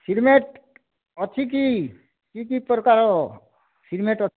cement ଅଛି କି କି କି ପ୍ରକାରର ସିମେଣ୍ଟ